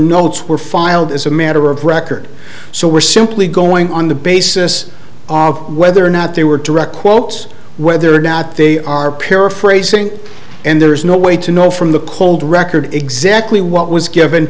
notes were filed as a matter of record so we're simply going on the basis of whether or not they were direct quotes whether or not they are paraphrasing and there is no way to know from the cold record exactly what was given